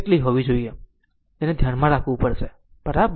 આને ધ્યાનમાં રાખવું પડશે બરાબર